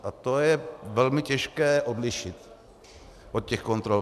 A to je velmi těžké odlišit od těch kontrol.